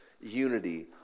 unity